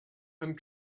and